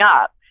up